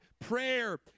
Prayer